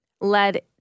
Led